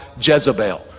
Jezebel